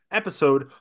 episode